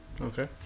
Okay